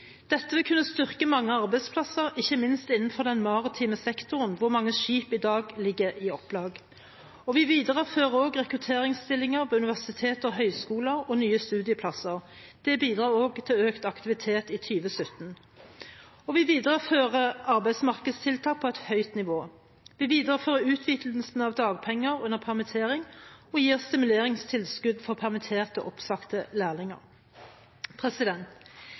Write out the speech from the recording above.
Dette vil kunne styrke mange arbeidsplasser – ikke minst innenfor den maritime sektoren, hvor mange skip i dag ligger i opplag. Vi viderefører rekrutteringsstillinger ved universiteter og høyskoler og nye studieplasser. Det bidrar også til økt aktivitet i 2017. Vi viderefører arbeidsmarkedstiltak på et høyt nivå. Vi viderefører utvidelsen av dagpenger under permittering og gir stimuleringstilskudd for permitterte og oppsagte lærlinger.